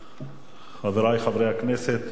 חברי חברי הכנסת,